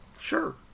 Sure